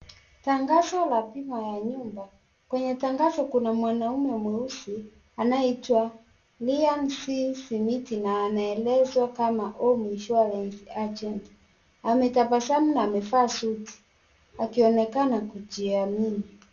Tangazo la bima ya nyumba kwenye tangazo kuna mwanaume mweusi anayeitwa Ryan C Smith na anaelezwa kama home insurance agent , ametabasamu na amevaa suti akionekana kujiamini.